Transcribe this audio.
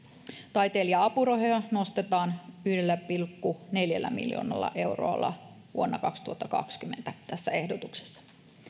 taiteilija apurahoja nostetaan yhdellä pilkku neljällä miljoonalla eurolla vuonna kaksituhattakaksikymmentä tässä ehdotuksessa